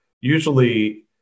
usually